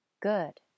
Good